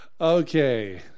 Okay